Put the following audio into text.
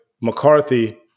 McCarthy